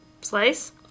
slice